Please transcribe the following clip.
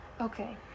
Okay